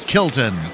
Kilton